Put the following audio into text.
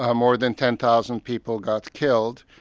ah more than ten thousand people got killed.